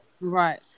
Right